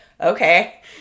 okay